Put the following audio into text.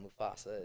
Mufasa